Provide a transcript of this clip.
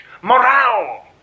morale